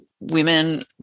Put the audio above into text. Women